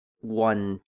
one